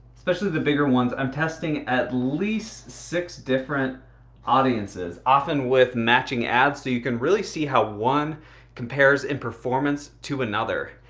especially the bigger ones, i'm testing at least six different audiences often with matching ads. so you can really see how one compares in performance to another.